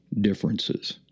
differences